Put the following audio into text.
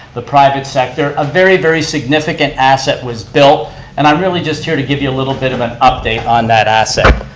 the private sector. a very, very significant asset was built and i'm really just here to give you a little bit of an update on that asset.